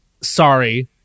sorry